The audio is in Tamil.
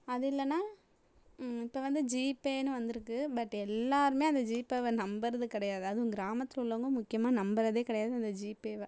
அது இல்லைன்னா இப்போ வந்து ஜிபேனு வந்திருக்கு பட் எல்லாருமே அந்த ஜிபேவை நம்புகிறது கிடையாது அதுவும் கிராமத்துல உள்ளவங்கள் முக்கியமாக நம்புறதே கிடையாது இந்த ஜிபேவ